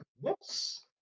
Whoops